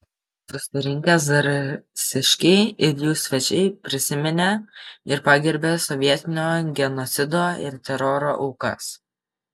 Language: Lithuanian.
susirinkę zarasiškiai ir jų svečiai prisiminė ir pagerbė sovietinio genocido ir teroro aukas